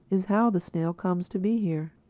is how the snail comes to be here.